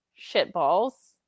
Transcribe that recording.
shitballs